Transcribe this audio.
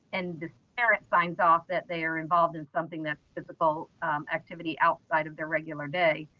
and the parent signs off that they are involved in something that's physical activity outside of their regular day.